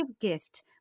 gift